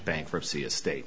bankruptcy estate